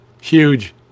Huge